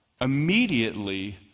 immediately